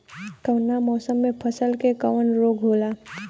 कवना मौसम मे फसल के कवन रोग होला?